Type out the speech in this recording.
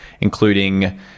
including